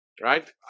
Right